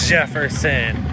Jefferson